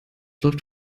läuft